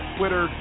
Twitter